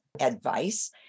advice